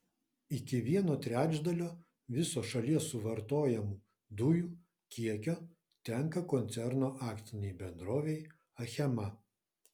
iki vieno trečdalio viso šalies suvartojamų dujų kiekio tenka koncerno akcinei bendrovei achema